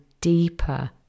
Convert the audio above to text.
deeper